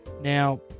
Now